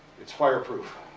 it's fireproof.